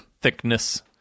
thickness